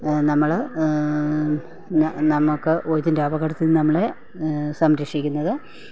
നമ്മൾ നമ്മൾക്ക് ഇതിൻ്റെ അപകടത്തിൽ നിന്ന് നമ്മളെ സംരക്ഷിക്കുന്നത്